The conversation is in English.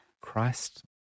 Christ